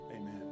Amen